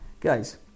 Guys